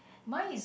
mine is